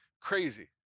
crazy